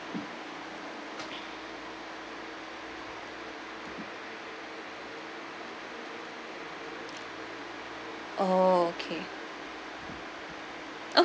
orh okay